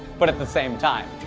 but at the same time.